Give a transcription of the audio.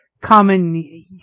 common